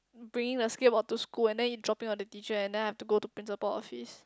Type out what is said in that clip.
bringing the skate board to school and then it dropping on the teacher and then I have to go to principal office